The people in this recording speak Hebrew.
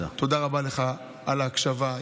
תודה רבה לך על ההקשבה,